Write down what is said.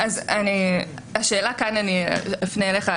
אני אקבל את זה